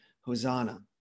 Hosanna